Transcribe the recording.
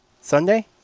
Sunday